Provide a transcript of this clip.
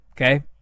Okay